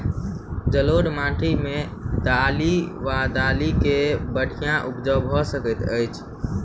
जलोढ़ माटि मे दालि वा दालि केँ बढ़िया उपज भऽ सकैत अछि की?